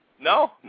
No